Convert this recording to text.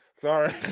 Sorry